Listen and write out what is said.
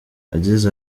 yagize